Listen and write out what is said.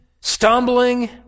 stumbling